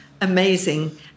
amazing